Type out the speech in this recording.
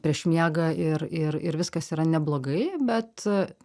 prieš miegą ir ir ir viskas yra neblogai bet